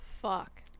fuck